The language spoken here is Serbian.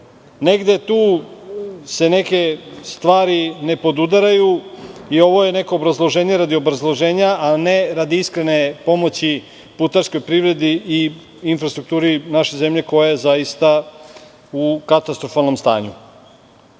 Negde tu se neke stvari ne podudaraju i ovo je neko obrazloženje radi obrazloženja, a ne radi iskrene pomoći putarskoj privredi i infrastrukturi naše zemlje, koja je zaista u katastrofalnom stanju.E